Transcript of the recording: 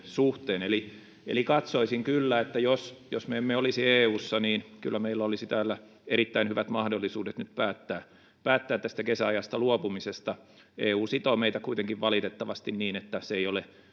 suhteen katsoisin kyllä että jos jos me emme olisi eussa niin kyllä meillä olisi täällä erittäin hyvät mahdollisuudet nyt päättää päättää tästä kesäajasta luopumisesta eu sitoo meitä kuitenkin valitettavasti niin että se ei ole